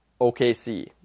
OKC